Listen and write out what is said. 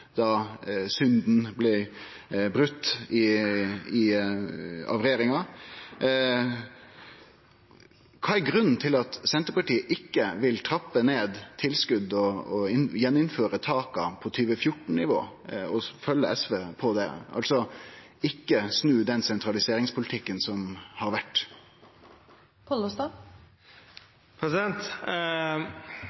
da synda blei broten av regjeringa. Kva er grunnen til at Senterpartiet ikkje vil trappe ned tilskot, innføre taka på 2014-nivå igjen og følgje SV på det, altså ikkje snu den sentraliseringspolitikken som har vore?